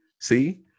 See